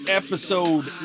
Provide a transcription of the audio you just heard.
episode